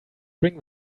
bring